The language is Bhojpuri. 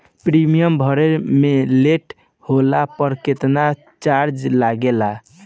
प्रीमियम भरे मे लेट होला पर केतना चार्ज लागेला?